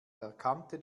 erkannte